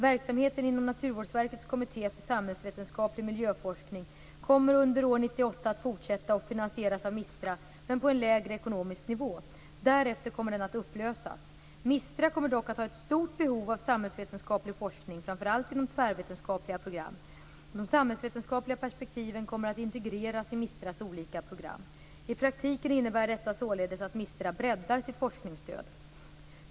Verksamheten inom Naturvårdsverkets kommitté för samhällsvetenskaplig miljöforskning kommer under år 1998 att fortsätta och finansieras av MISTRA men på en lägre ekonomisk nivå. Därefter kommer den att upplösas. MISTRA kommer dock att ha ett stort behov av samhällsvetenskaplig forskning, framför allt inom tvärvetenskapliga program. De samhällsvetenskapliga perspektiven kommer att integreras i MISTRA:s olika program. I praktiken innebär detta således att MISTRA breddar sitt forskningsstöd.